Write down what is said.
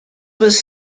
was